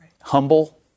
Humble